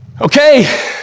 Okay